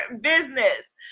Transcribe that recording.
business